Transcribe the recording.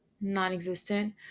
non-existent